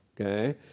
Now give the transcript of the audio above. okay